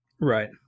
Right